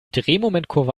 drehmomentkurve